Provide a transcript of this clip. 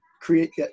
create